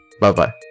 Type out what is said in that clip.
bye-bye